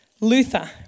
Luther